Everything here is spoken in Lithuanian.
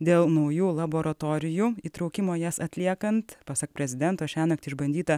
dėl naujų laboratorijų įtraukimo jas atliekant pasak prezidento šiąnakt išbandyta